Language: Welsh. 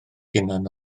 hunan